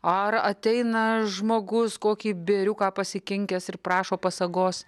ar ateina žmogus kokį bėriuką pasikinkęs ir prašo pasagos